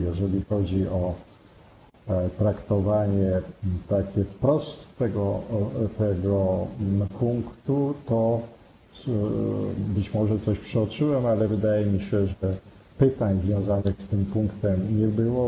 Jeśli chodzi o traktowanie takie wprost rozpatrywania tego punktu, to być może coś przeoczyłem, ale wydaje mi się, że pytań związanych z tym punktem nie było.